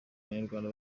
abanyarwanda